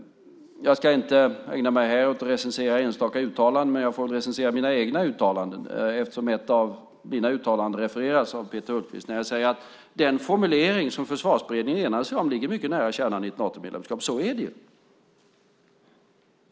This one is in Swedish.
Jag ska inte ägna mig åt att recensera enstaka uttalanden, men jag får väl recensera mina egna uttalanden eftersom ett av mina uttalanden refereras av Peter Hultqvist. Jag säger att den formulering som Försvarsberedningen enats om ligger mycket nära kärnan i ett Natomedlemskap. Så är det.